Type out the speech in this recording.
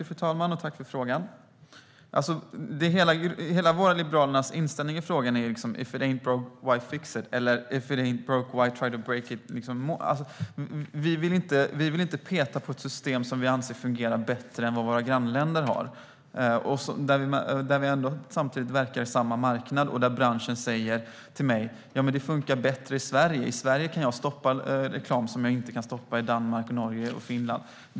Fru talman! Tack för frågan! Liberalernas inställning i frågan är: If it ain't broke, why fix it or try to break it? Vi vill inte peta på ett system som vi anser fungerar bättre än de våra grannländer har. Vi verkar samtidigt på samma marknad, och folk i branschen säger till mig: Det funkar bättre i Sverige. I Sverige kan man stoppa reklam som man inte kan stoppa i Danmark, Norge eller Finland.